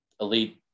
elite